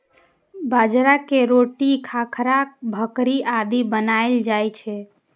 बाजरा के रोटी, खाखरा, भाकरी आदि बनाएल जाइ छै